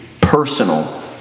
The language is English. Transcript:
personal